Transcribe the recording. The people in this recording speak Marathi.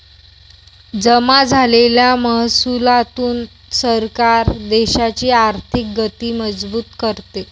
जमा झालेल्या महसुलातून सरकार देशाची आर्थिक गती मजबूत करते